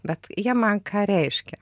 bet jie man ką reiškia